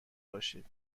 باشید